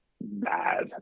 bad